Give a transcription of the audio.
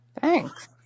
Thanks